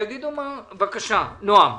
בבקשה, נעם.